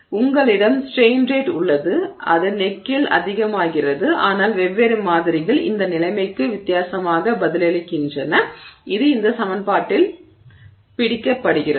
எனவே உங்களிடம் strain rate உள்ளது அது கழுத்தில் அதிகமாகிறது ஆனால் வெவ்வேறு மாதிரிகள் இந்த நிலைமைக்கு வித்தியாசமாக பதிலளிக்கின்றன அது இந்த சமன்பாட்டால் பிடிக்கப்படுகிறது